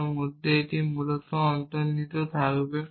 যার মধ্যে এটি মূলত অন্তর্নির্মিত থাকবে